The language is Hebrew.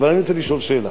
אבל אני רוצה לשאול שאלה,